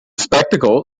spectacle